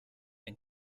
and